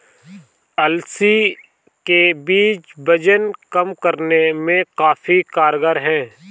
अलसी के बीज वजन कम करने में काफी कारगर है